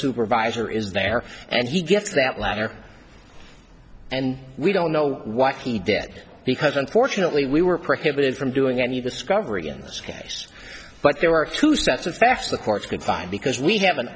supervisor is there and he gets that letter and we don't know what he did because unfortunately we were prohibited from doing any discovery in this case but there were two sets of facts the courts can find because we have an